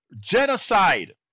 genocide